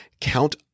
count